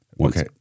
Okay